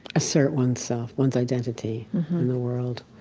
assert oneself, one's identity in the world.